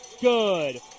good